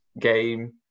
game